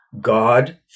God